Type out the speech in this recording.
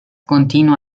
continua